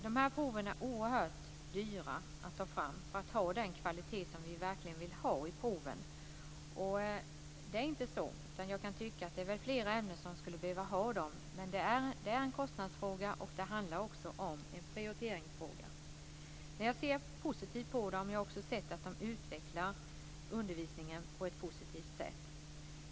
Dessa prov är oerhört dyra att ta fram om de ska ha den kvalitet som vi verkligen vill ha i proven. Jag kan tycka att flera ämnen skulle behöva ha sådana prov, men det är en kostnadsfråga och en prioriteringsfråga. Men jag ser positivt på dem. Jag har också sett att de utvecklar undervisningen på ett positivt sätt.